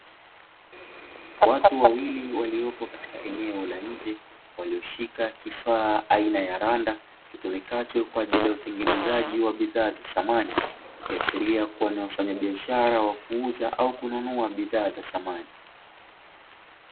Watu wawili waliopo katika eneo la nje, walioshika kifaa aina ya randa kitumikacho kwa ajili ya utengenezaji wa bidhaa za samani, ikiashiria kuwa ni wafanyabiashara wa kuuza au kununua bidhaa za samani.